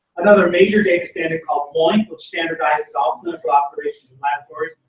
another major data standard called loinc, which standardizes ah operations in laboratories,